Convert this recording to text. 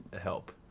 help